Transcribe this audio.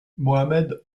mohammad